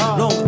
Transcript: no